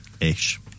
ish